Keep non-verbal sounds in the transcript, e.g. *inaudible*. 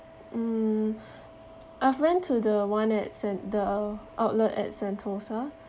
mm *breath* I've ran to the one at sen~ the outlet at sentosa